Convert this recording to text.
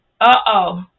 Uh-oh